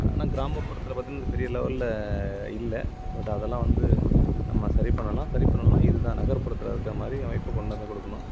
ஆனால் கிராமப்புறத்தில் பார்த்தீங்கன்னா இந்த பெரிய லெவலில் இல்லை பட் அதெல்லாம் வந்து நம்ம சரி பண்ணலாம் சரி பண்ணலைனா இதுதான் நகர்ப்புறத்தில் இருக்கிற மாதிரி அமைப்பு கொண்டு வந்து கொடுக்கணும்